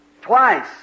twice